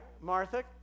Martha